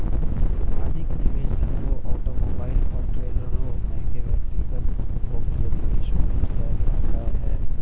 अधिक निवेश घरों ऑटोमोबाइल और ट्रेलरों महंगे व्यक्तिगत उपभोग्य निवेशों में किया जाता है